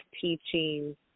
teaching